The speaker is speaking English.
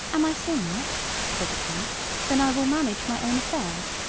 am i so much said the king then i will manage my own affairs!